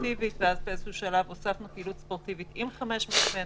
ספורטיבית ואז באיזשהו שלב הוספנו פעילות ספורטיבית עם 500 מטרים,